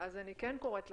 אז אני כן קוראת לכם,